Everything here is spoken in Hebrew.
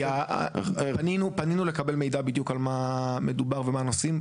כי פנינו לקבל מידע על מה בדיוק מדובר ומה הנושאים,